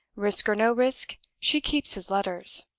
risk or no risk, she keeps his letters.